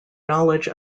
knowledge